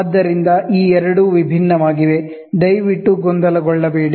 ಆದ್ದರಿಂದ ಈ ಎರಡು ವಿಭಿನ್ನವಾಗಿವೆ ದಯವಿಟ್ಟು ಗೊಂದಲಗೊಳ್ಳಬೇಡಿ